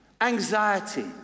Anxiety